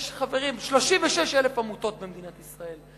יש, חברים, 36,000 עמותות במדינת ישראל.